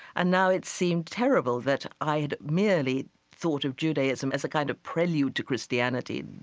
and now it seemed terrible that i had merely thought of judaism as a kind of prelude to christianity,